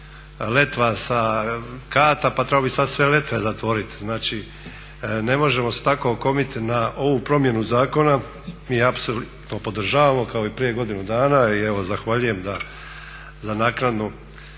letva sa kata pa trebao bi sad sve letve zatvorit. Znači, ne možemo se tako okomiti na ovu promjenu zakona. Mi apsolutno podržavamo kao i prije godinu dana i evo zahvaljujem za naknadno